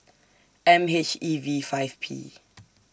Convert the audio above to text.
M H E V five P